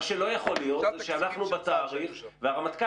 מה שלא יכול להיות זה שאנחנו בתאריך והרמטכ"ל